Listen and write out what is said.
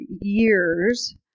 years